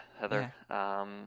Heather